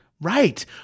Right